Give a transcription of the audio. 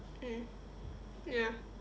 mm ya